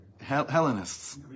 Hellenists